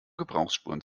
gebrauchsspuren